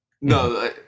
No